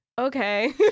Okay